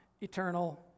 eternal